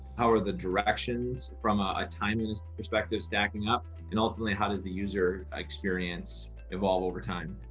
how are the directions from a ah time you know perspective stacking up? and ultimately, how does the user experience evolve over time?